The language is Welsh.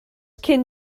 cyn